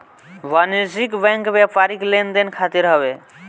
वाणिज्यिक बैंक व्यापारिक लेन देन खातिर हवे